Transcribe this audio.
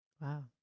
Wow